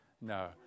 No